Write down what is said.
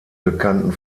bekannten